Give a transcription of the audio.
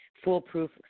foolproof